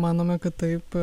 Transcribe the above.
manome kad taip